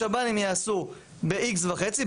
השב"נים יעשו ב-X וחצי,